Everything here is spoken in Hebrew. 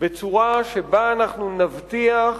בצורה שבה אנחנו נבטיח